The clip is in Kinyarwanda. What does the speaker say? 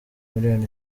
miliyoni